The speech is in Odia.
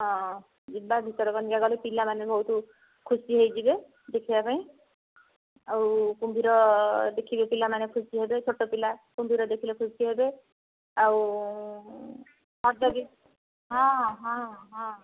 ହଁ ଯିବା ଭିତରକନିକା ଗଲେ ପିଲାମାନେ ବହୁତ ଖୁସି ହେଇଯିବେ ଦେଖିବାପାଇଁ ଆଉ କୁମ୍ଭୀର ଦେଖିବେ ପିଲାମାନେ ଖୁସି ହେବେ ଛୋଟ ପିଲା କୁମ୍ଭୀର ଦେଖିଲେ ଖୁସିହେବେ ଆଉ ଖଣ୍ଡଗିରି ହଁ ହଁ ହଁ